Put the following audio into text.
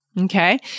Okay